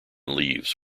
leaves